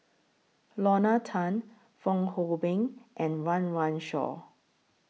Lorna Tan Fong Hoe Beng and Run Run Shaw